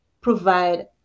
provide